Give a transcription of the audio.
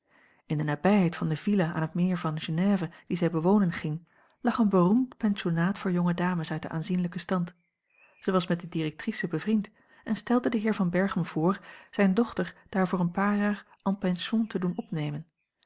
in de nabijheid van de villa aan het meer van genève die zij bewonen ging lag een beroemd pensionaat voor jonge dames uit den aanzienlijken stand zij was met de directrice bevriend en stelde den heer van berchem voor zijne dochter daar voor een paar jaar en pension te doen opnemen